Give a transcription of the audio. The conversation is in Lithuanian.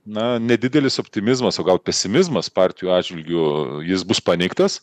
na nedidelis optimizmas o gal pesimizmas partijų atžvilgiu jis bus paneigtas